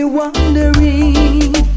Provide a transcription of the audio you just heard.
wondering